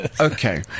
Okay